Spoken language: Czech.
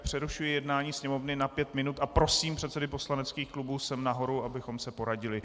Přerušuji tedy jednání Sněmovny na pět minut a prosím předsedy poslaneckých klubů sem nahoru, abychom se poradili.